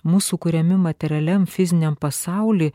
mūsų kuriami materialiam fiziniam pasauly